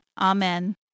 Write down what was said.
Amen